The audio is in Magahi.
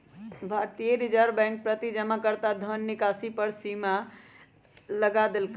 भारतीय रिजर्व बैंक प्रति जमाकर्ता धन निकासी पर सीमा लगा देलकइ